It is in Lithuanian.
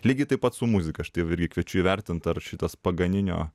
lygiai taip pat su muzika aš tai irgi kviečiu įvertint ar šitas paganinio